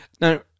Now